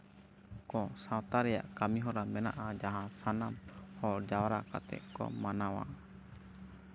ᱠᱚ ᱥᱟᱶᱛᱟ ᱨᱮᱭᱟᱜ ᱠᱟᱹᱢᱤᱦᱚᱨᱟ ᱢᱮᱱᱟᱜᱼᱟ ᱡᱟᱦᱟᱸ ᱥᱟᱱᱟᱢ ᱦᱚᱲ ᱡᱟᱣᱨᱟ ᱠᱟᱛᱮᱫ ᱠᱚ ᱢᱟᱱᱟᱣᱟ